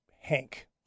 Hank